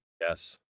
Yes